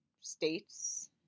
states